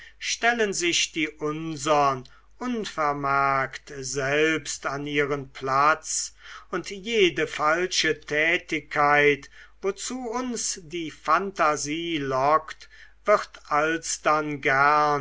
stellen sich die unsern unvermerkt selbst an ihren platz und jede falsche tätigkeit wozu uns die phantasie lockt wird alsdann gern